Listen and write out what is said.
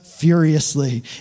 furiously